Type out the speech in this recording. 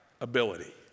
ability